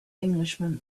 englishman